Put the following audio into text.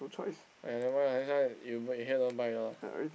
!aiya! never mind lah next time you in here don't buy lah